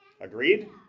Agreed